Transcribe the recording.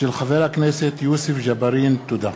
תודה.